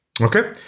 Okay